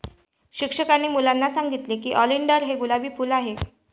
शिक्षकांनी मुलांना सांगितले की ऑलिंडर हे गुलाबी फूल आहे